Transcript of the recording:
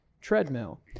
treadmill